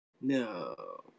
No